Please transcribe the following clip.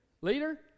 Leader